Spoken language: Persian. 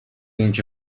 اینکه